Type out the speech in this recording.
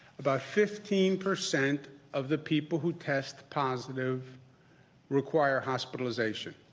about fifteen percent of the people who test positive require hospitalization.